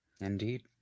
Indeed